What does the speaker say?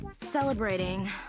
Celebrating